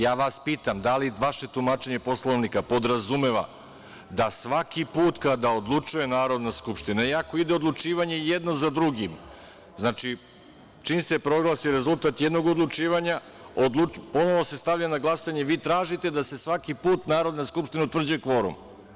Ja vas pitam da li vaše tumačenje Poslovnika podrazumeva da svaki put kada odlučuje Narodna skupština, iako ide odlučivanje jedno za drugim… znači, čim se proglasi rezultat jednog odlučivanja, ponovo se stavlja na glasanje, vi tražite da svaki put Narodna skupština utvrđuje kvorum?